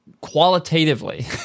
qualitatively